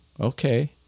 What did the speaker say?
okay